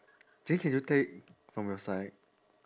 then can you take from your side